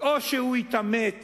או שהוא יתעמת